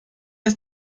ist